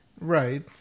Right